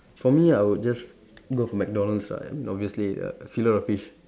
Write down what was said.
for me I would just go for McDonald's lah I mean obviously uh fillet O fish